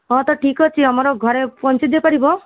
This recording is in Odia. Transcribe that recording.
ହଁ ତ ଠିକ ଅଛି ଆମର ଘରେ ପହଞ୍ଚେଇ ଦେଇ ପାରିବ